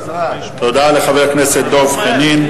תודה לחבר הכנסת דב חנין,